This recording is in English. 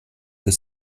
the